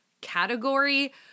category